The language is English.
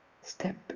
step